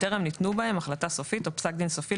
וטרם ניתנו בהם החלטה סופית או פסק דין סופי,